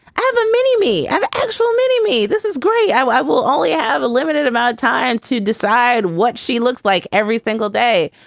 i have a mini me, the actual mini me. this is great i will i will only have a limited amount of time to decide what she looks like every single day.